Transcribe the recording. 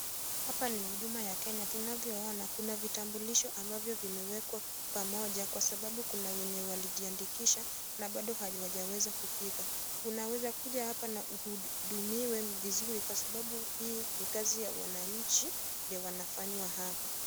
Hapa ni huduma ya Kenya tunavyoona kuna vitambulisho ambavyo vimewekwa pamoja kwa sababu kuna wenye walijiandikisha na bado hawajaweza kufika. Unaweza kuja hapa na uhudumiwe vizuri kwa sababu hii ni kazi ya wananchi ndio wanafanya hapa.